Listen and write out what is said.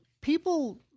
People